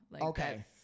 Okay